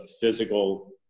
physical